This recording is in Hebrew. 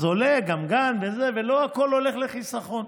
אז עולה גם גן וזה, ולא הכול הולך לחיסכון.